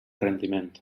rendiment